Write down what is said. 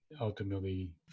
ultimately